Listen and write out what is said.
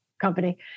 company